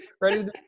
Ready